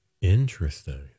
Interesting